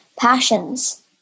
passions